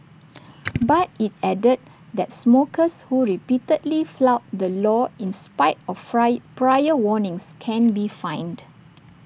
but IT added that smokers who repeatedly flout the law in spite of fry prior warnings can be fined